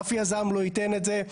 אף יזם לא ייתן את זה.